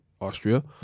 Austria